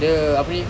dia apa ni